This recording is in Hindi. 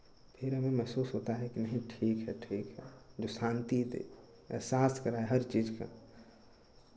फिर हमें महसूस होता है कि नहीं ठीक है ठीक है जो शान्ति दे एहसास कराया हर चीज़ का